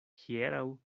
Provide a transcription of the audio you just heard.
hieraŭ